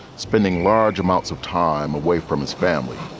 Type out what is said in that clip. spending large amounts of time away from his family.